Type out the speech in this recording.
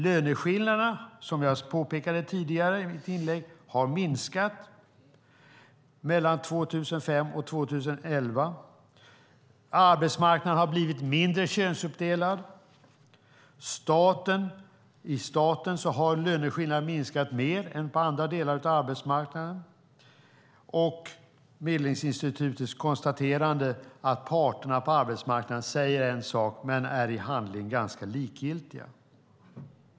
Löneskillnaderna har, vilket jag påpekade i mitt tidigare inlägg, minskat mellan 2005 och 2011. Arbetsmarknaden har blivit mindre könsuppdelad. I staten har löneskillnaderna minskat mer än i andra delar av arbetsmarknaden. Medlingsinstitutet konstaterar också att parterna på arbetsmarknaden säger en sak men i handling är ganska likgiltiga.